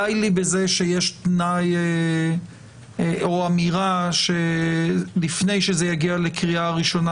די לי בזה שיש תנאי או אמירה לפני שזה יגיע לקריאה ראשונה,